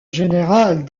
générales